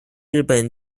日本